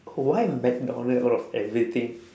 oh why mcdonald out of everything